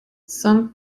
son